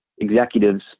executive's